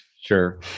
Sure